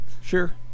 Sure